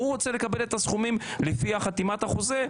הוא רוצה לקבל את הסכומים לפי חתימת החוזה.